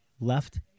Left